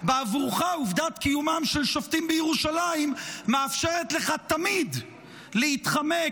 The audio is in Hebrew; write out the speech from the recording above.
בעבורך עובדת קיומם של שופטים בירושלים מאפשרת לך תמיד להתחמק